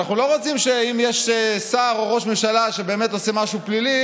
חבר הכנסת מיקי לוי מבקש, חבר הכנסת מיקי לוי,